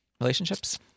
Relationships